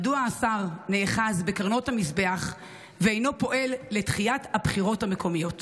מדוע השר נאחז בקרנות המזבח ואינו פועל לדחיית הבחירות המקומיות?